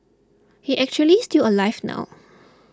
he's actually still alive now